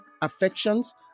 affections